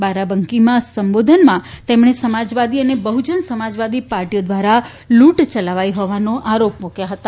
બારાબાંકીમાં સંબોધનમાં તેમણે સમાજવાદી અને બહુજન સમાજવાદી પાર્ટીઓ દ્વારા લૂંટ ચલાવાઇ હોવાના આરોપો મૂક્યા હતા